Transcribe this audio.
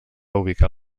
ubicar